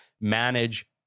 manage